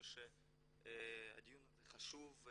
הדיון הזה חשוב.